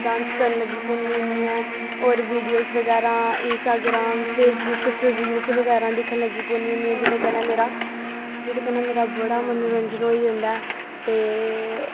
dance करन लग्गी पौन्नी होन्नी ऐं और वीडियोज बगैरा इंस्टाग्राम फेसबुक च रील्स बगैरा दिक्खन लग्गी पौन्नी होन्नी आं जेह्दे कन्नै मेरा जेह्दे कन्नै मेरा बड़ा मनोरंजन होई जंदा ऐ ते